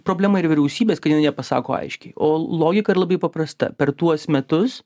problema ir vyriausybės kad jinai nepasako aiškiai o logika yra labai paprasta per tuos metus